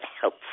help